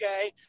okay